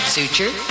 Suture